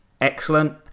excellent